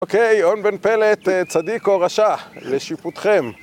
אוקיי, און בן פלת, צדיק או רשע? לשיפוטכם.